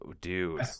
dude